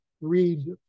read